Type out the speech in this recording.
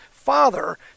father